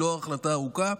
היא לא החלטה ארוכה.